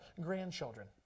grandchildren